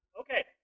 Okay